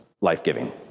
life-giving